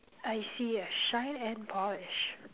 I see a shine and polish